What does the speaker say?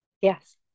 Yes